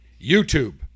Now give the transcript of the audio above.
YouTube